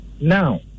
Now